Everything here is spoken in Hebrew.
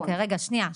אוקיי, רגע שנייה.